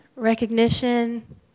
Recognition